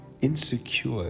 insecure